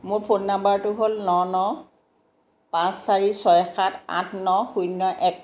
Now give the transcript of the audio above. মোৰ ফোন নাম্বাৰটো হ'ল ন ন পাঁচ চাৰি ছয় সাত আঠ ন শূন্য এক